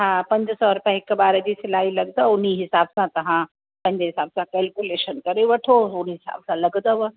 हा पंज सौ रुपया हिक ॿार जी सिलाई लॻदव उनजे हिसाब सां तव्हां पंहिजे हिसाब सां केलकूलेशन करे वठो हुन हिसाब सां लॻदव